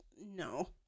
no